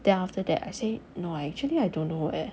then after that I say no actually I don't know eh